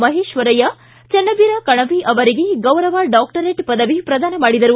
ಮಹೇಶ್ವರಯ್ಕ ಚೆನ್ನವೀರ ಕಣವಿ ಅವರಿಗೆ ಗೌರವ ಡಾಕ್ಟರೇಟ್ ಪದವಿ ಪ್ರದಾನ ಮಾಡಿದರು